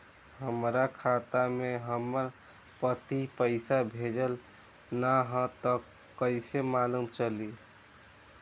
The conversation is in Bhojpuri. हमरा खाता में हमर पति पइसा भेजल न ह त कइसे मालूम चलि?